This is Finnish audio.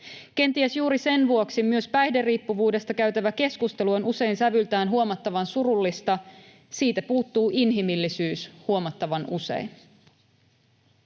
Kenties juuri sen vuoksi myös päihderiippuvuudesta käytävä keskustelu on usein sävyltään huomattavan surullista. Siitä puuttuu inhimillisyys huomattavan usein.